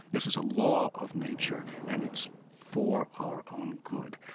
this is a law of nature and it's for our own good.